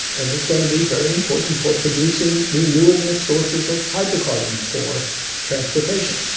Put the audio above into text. and it's going to be very important for producing renewable sources of hydrocarbon for transportation.